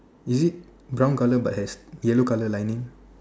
is it brown color but has yellow color lining